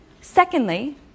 Secondly